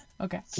okay